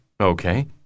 Okay